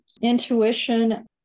Intuition